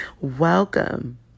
welcome